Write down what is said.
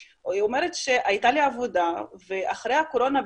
אומרת: הייתה לי עבודה ואחרי הקורונה,